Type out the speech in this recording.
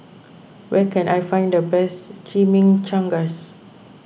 where can I find the best Chimichangas